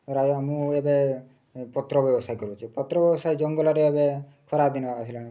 ପ୍ରାୟ ମୁଁ ଏବେ ପତ୍ର ବ୍ୟବସାୟ କରୁଛି ପତ୍ର ବ୍ୟବସାୟ ଜଙ୍ଗଲରେ ଏବେ ଖରାଦିନ ଆସିଲାଣି